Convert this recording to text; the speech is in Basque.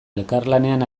elkarlanean